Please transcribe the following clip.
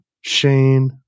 Shane